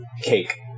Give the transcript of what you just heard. cake